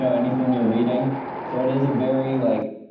so anything you're reading so it is a very like